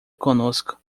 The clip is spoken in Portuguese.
conosco